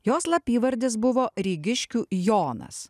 jo slapyvardis buvo rygiškių jonas